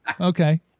okay